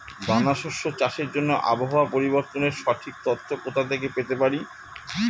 দানা শস্য চাষের জন্য আবহাওয়া পরিবর্তনের সঠিক তথ্য কোথা থেকে পেতে পারি?